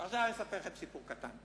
על זה אני אספר לכם סיפור קטן.